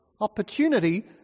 Opportunity